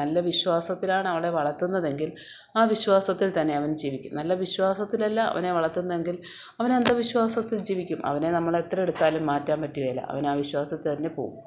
നല്ല വിശ്വാസത്തിലാണവളെ വളർത്തുന്നതെങ്കിൽ ആ വിശ്വവാസത്തിൽ തന്നെ അവൻ ജീവിക്കും നല്ല വിശ്വാസത്തിൽ അല്ല വളർത്തുന്നതെങ്കിൽ അവൻ അന്ധവിശ്വാസത്തിൽ ജീവിക്കും അവനെ നമ്മളും എത്ര എടുത്താലും മാറ്റാൻ പറ്റുകേല അവൻ ആ വിശ്വാസത്തിൽ തന്നെ പോകും